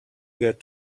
get